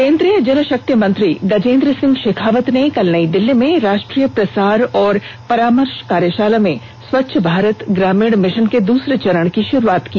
केन्द्रीय जल शक्ति मंत्री गजेन्द्र सिंह शेखावत ने कल नई दिल्ली में राष्ट्रीय प्रसार और परामर्श कार्यशाला में स्वच्छ भारत ग्रामीण मिशन के दूसरे चरण की शुरुआत की